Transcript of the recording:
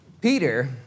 Peter